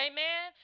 Amen